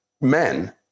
men